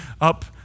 up